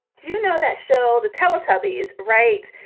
you know that show the teletubbies, right?